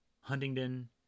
Huntingdon